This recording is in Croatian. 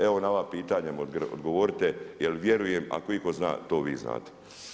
Evo na ova pitanja mi odgovorite jer vjerujem ako itko zna to vi znate.